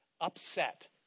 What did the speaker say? upset